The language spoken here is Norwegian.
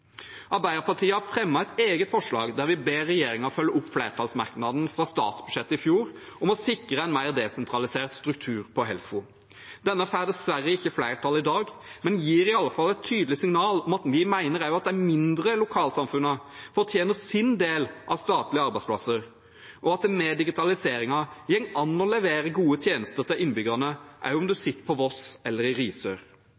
Arbeiderpartiet har, sammen med SV, fremmet et forslag der vi ber regjeringen følge opp flertallsmerknaden i innstillingen til statsbudsjettet i fjor om å sikre en mer desentralisert struktur i Helfo. Dette får dessverre ikke flertall i dag, men gir i hvert fall et tydelig signal om at vi mener at også de mindre lokalsamfunnene fortjener sin del av statlige arbeidsplasser, og at det med digitaliseringen går an å levere gode tjenester til innbyggerne – også om